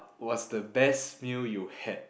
what's the best meal you had